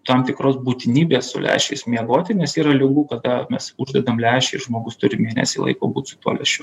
tam tikros būtinybės su lęšiais miegoti nes yra ligų kada mes uždedam lęšį ir žmogus turi mėnesį laiko būt su tuo lęšiu